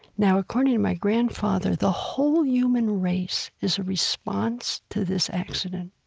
now, according to my grandfather, the whole human race is a response to this accident.